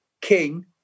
King